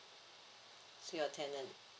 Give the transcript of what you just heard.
to your tenant